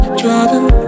driving